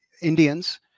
Indians